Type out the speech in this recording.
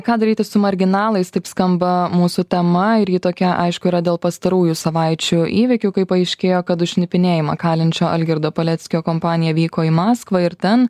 ką daryti su marginalais taip skamba mūsų tema ir ji tokia aišku yra dėl pastarųjų savaičių įvykių kai paaiškėjo kad už šnipinėjimą kalinčio algirdo paleckio kompanija vyko į maskvą ir ten